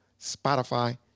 spotify